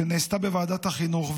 שנעשתה בוועדת החינוך,